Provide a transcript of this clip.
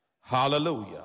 Hallelujah